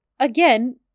Again